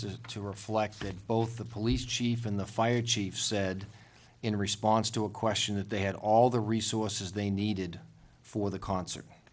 just to reflect that both the police chief in the fire chief said in response to a question that they had all the resources they needed for the concert